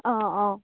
অঁ অঁ